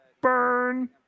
Burn